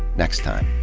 next time.